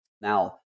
Now